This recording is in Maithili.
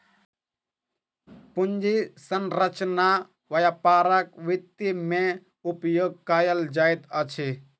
पूंजी संरचना व्यापारक वित्त में उपयोग कयल जाइत अछि